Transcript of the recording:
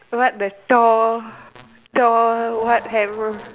what the door door what hammer